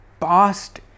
past